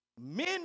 Men